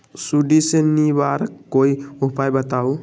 सुडी से निवारक कोई उपाय बताऊँ?